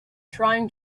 trying